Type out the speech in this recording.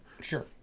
sure